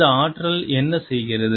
இந்த ஆற்றல் என்ன செய்கிறது